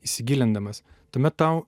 įsigilindamas tuomet tau